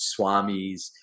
swamis